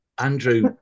Andrew